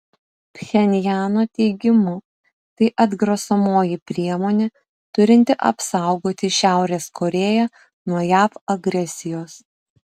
pchenjano teigimu tai atgrasomoji priemonė turinti apsaugoti šiaurės korėją nuo jav agresijos